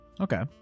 Okay